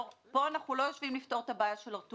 פה אנחנו לא יושבים לפתור את הבעיה של הר-טוב.